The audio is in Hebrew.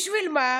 בשביל מה?